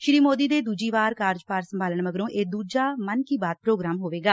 ਸ਼੍ਰੀ ਸੋਦੀ ਦੇ ਦੂਜੀ ਵਾਰ ਕਾਰਜਕਾਲ ਸੰਭਾਲਣ ਮਗਰੋ ਇਹ ਦੂਜਾ ਮਨ ਕੀ ਬਾਤ ਪ੍ਰੋਗਰਾਮ ਹੋਵੇਗਾ